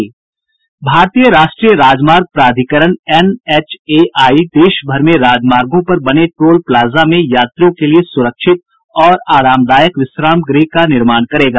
भारतीय राष्ट्रीय राजमार्ग प्राधिकरण एनएचएआई देशभर में राजमार्गों पर बने टोल प्लाजा में यात्रियों के लिए सुरक्षित और आरामदायक विश्राम गृह का निर्माण करेगा